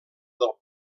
del